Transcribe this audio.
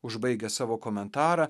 užbaigia savo komentarą